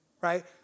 right